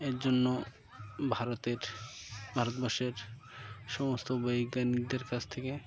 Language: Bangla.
এর জন্য ভারতের ভারতবর্ষের সমস্ত বৈজ্ঞানিকদের কাছ থেকে